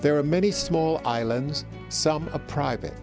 there are many small islands some a private